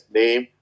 name